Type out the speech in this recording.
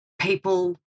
people